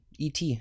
ET